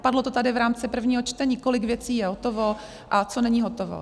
Padlo to tady v rámci prvního čtení, kolik věcí je hotovo a co není hotovo.